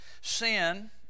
sin